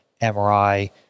mri